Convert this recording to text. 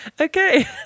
Okay